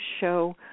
show